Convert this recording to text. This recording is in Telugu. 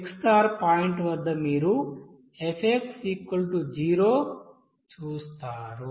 x పాయింట్ వద్ద మీరు f0 చూస్తారు